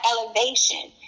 elevation